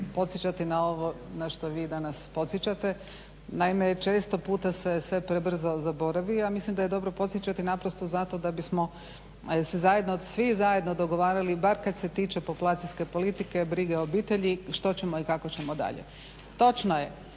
na ovo na što vi danas podsjećate. Naime, često puta se sve prebrzo zaboravi, a mislim da je dobro podsjećati naprosto zato da bismo se svi zajedno dogovarali bar kad se tiče populacijske politike, brige o obitelji što ćemo i kako ćemo dalje.